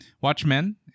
watchmen